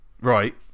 right